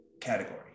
category